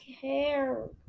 care